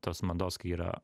tos mados kai yra